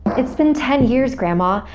it's been ten years grandma,